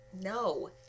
No